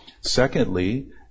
Secondly